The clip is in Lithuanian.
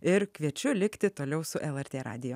ir kviečiu likti toliau su lrt radiju